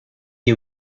you